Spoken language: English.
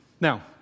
Now